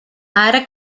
ara